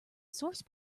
source